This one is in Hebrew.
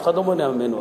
אף אחד לא מונע ממנו